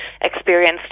experienced